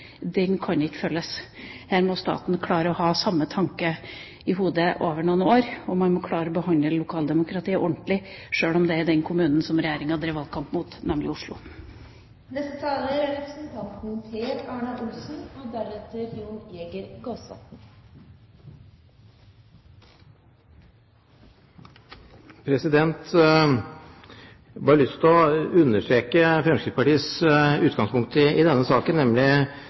Den kan ikke følges. Her må staten klare å ha samme tanke i hodet over noen år, og man må klare å behandle lokaldemokratiet ordentlig, sjøl om det er den kommunen som Regjeringa drev valgkamp mot, nemlig Oslo. Jeg har bare lyst til å understreke Fremskrittspartiets utgangspunkt i denne saken, nemlig ønsket om å opprettholde det kompetansemiljøet som i